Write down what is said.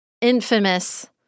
infamous